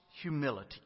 humility